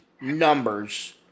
numbers